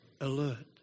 alert